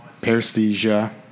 paresthesia